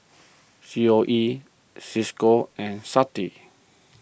C O E Cisco and SAFTI